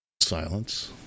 Silence